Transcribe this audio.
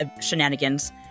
shenanigans